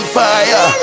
fire